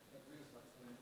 נגביל את עצמנו.